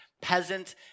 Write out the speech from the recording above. peasant